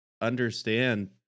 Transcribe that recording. understand